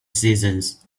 seasons